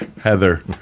Heather